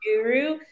guru